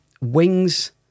Wings